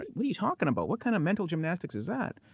but what are you talking about? what kind of mental gymnastics is that?